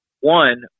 One